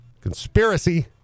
Conspiracy